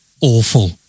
awful